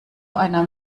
einer